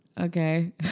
okay